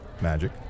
magic